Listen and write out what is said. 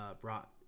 brought